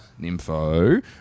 nympho